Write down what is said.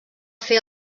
fer